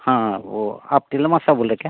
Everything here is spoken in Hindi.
हाँ वो आप तिलमा सा बोल रहे हैं क्या